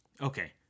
okay